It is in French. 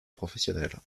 professionnel